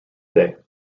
day